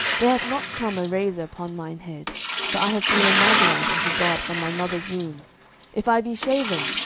there hath not come a razor upon mine head for i have been a nazarite unto god from my mother's womb if i be shaven,